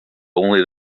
only